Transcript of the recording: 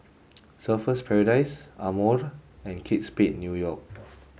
Surfer's Paradise Amore and Kate Spade New York